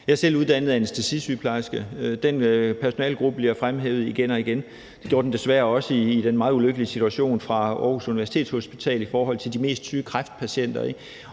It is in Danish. Jeg er selv uddannet anæstesisygeplejerske, og den personalegruppe bliver fremhævet igen og igen. Det gjorde den desværre også i den meget ulykkelige situation, vi hørte om fra Aarhus Universitetshospital i forhold til de mest syge kræftpatienter.